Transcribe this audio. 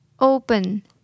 open